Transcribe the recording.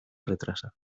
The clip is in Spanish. retrasa